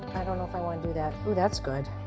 i don't know if i want to do that. oh, that's good.